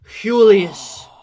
Julius